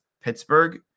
Pittsburgh